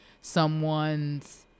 someone's